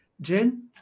Jen